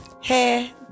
Hey